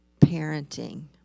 parenting